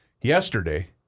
Yesterday